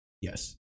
Yes